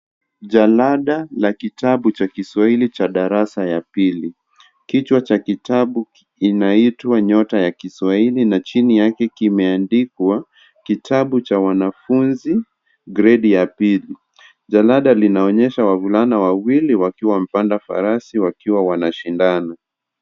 Jalada cha kitabu cha kiswahili darasa la pili kichwa cha kitabu kinaitwa nyota ya kiswahili na chini yake kimeandikwa kitabu cha wanafunzi gredi ya pili jalada linaonyesha wavulana wawili wakiwa wamepanda farasi wakiwa wanashindana .